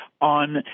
on